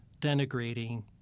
denigrating